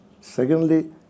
Secondly